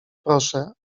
proszę